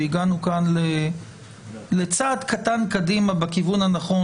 שהגענו כאן לצעד קטן קדימה בכיוון הנכון,